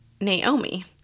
Naomi